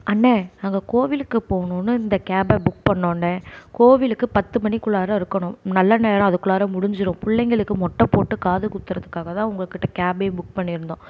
அண்ணே நாங்கள் கோவிலுக்கு போகணுன்னு இந்த கேப்பை புக் பண்ணோண்ணே கோவிலுக்கு பத்து மணிக்குள்ளார இருக்கணும் நல்ல நேரம் அதுக்குள்ளார முடிஞ்சிடும் பிள்ளைங்களுக்கு மொட்டை போட்டு காது குத்துறதுக்காக தான் உங்கள்கிட்ட கேப்பே புக் பண்ணியிருந்தோம்